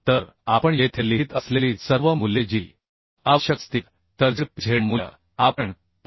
तर आपण येथे लिहित असलेली सर्व मूल्ये जी आवश्यक असतील तर z p z मूल्य आपण 554